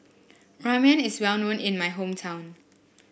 Ramen is well known in my hometown